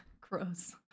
gross